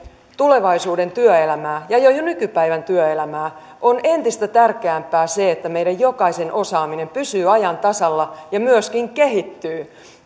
tulevaisuuden työelämää ja jo jo nykypäivän työelämää on entistä tärkeämpää se että meidän jokaisen osaaminen pysyy ajan tasalla ja myöskin kehittyy